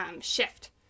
shift